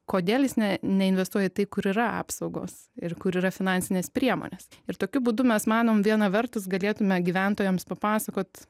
kodėl jis ne neinvestuoja į tai kur yra apsaugos ir kur yra finansinės priemonės ir tokiu būdu mes manom viena vertus galėtume gyventojams papasakot